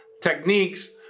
techniques